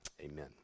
Amen